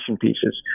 pieces –